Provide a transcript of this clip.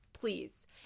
please